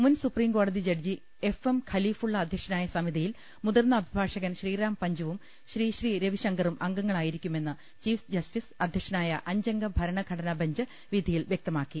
മുൻ സുപ്രീംകോടതി judge F M Khalifulla അധ്യക്ഷനായ സമിതിയിൽ മുതിർന്ന അഭിഭാഷകൻ ശ്രീറാം പഞ്ചുവും ശ്രീ ശ്രീരവിശങ്കറും അംഗങ്ങളായിരിക്കുമെന്ന് ചീഫ് ജസ്റ്റിസ് അധ്യക്ഷനായ അഞ്ചംഗ ഭരണഘടന ബെഞ്ച് വിധി യിൽ വൃക്തമാക്കി